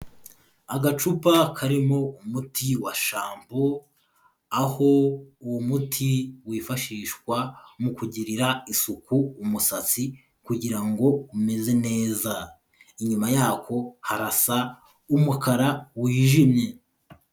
Agacupa karimo umuti wa shampo, aho uwo muti wifashishwa mu kugirira isuku umusatsi kugira ngo umeze neza, inyuma yako harasa umukara wijimye.